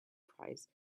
prize